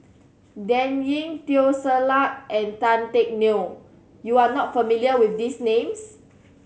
Dan Ying Teo Ser Luck and Tan Teck Neo you are not familiar with these names